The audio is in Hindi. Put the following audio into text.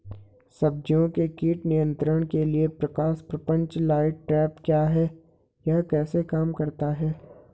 सब्जियों के कीट नियंत्रण के लिए प्रकाश प्रपंच लाइट ट्रैप क्या है यह कैसे काम करता है?